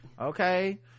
okay